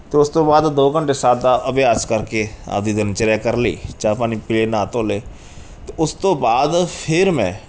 ਅਤੇ ਉਸ ਤੋਂ ਬਾਅਦ ਦੋ ਘੰਟੇ ਸਾਹ ਦਾ ਅਭਿਆਸ ਕਰਕੇ ਆਪਣੀ ਦਿਨਚਰਿਆ ਕਰ ਲਈ ਚਾਹ ਪਾਣੀ ਪੀਆ ਨਹਾ ਧੋ ਲਏ ਅਤੇ ਉਸ ਤੋਂ ਬਾਅਦ ਫਿਰ ਮੈਂ